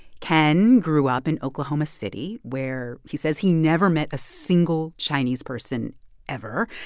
ken grew up in oklahoma city, where he says he never met a single chinese person ever.